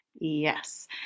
yes